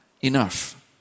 enough